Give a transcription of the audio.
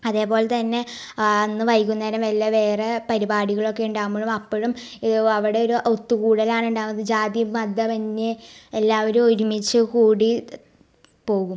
അതേപോലെ തന്നെ അന്ന് വൈകുന്നേരം എല്ലാം വേറെ പരിപാടികളൊക്കെ ഉണ്ടാകുമ്പോഴും അപ്പോഴും ഈ അവിടെ ഒരു ഒത്തുകൂടലാണ് ഉണ്ടാവുന്നത് ജാതി മത മന്യേ എല്ലാവരും ഒരുമിച്ച് കൂടി പോകും